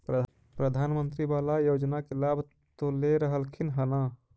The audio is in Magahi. प्रधानमंत्री बाला योजना के लाभ तो ले रहल्खिन ह न?